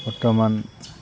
বৰ্তমান